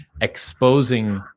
exposing